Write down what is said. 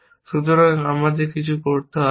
সুতরাং আমাদের কিছু করতে হবে না